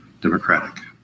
Democratic